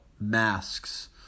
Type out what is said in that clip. masks